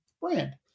brand